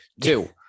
Two